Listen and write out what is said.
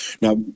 Now